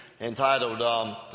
entitled